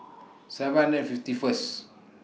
seven hundred and fifty First